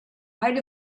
height